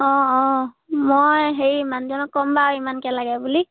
অঁ অঁ মই হেৰি মানুহজনক ক'ম বাৰু ইমানকৈ লাগে বুলি